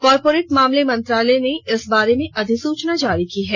corporate मामले मंत्रालय ने इस बारे में अधिसूचना जारी की है